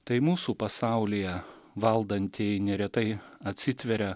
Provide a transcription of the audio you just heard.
tai mūsų pasaulyje valdantieji neretai atsitveria